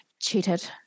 Cheated